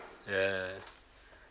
ya ya